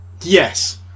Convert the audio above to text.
yes